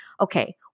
okay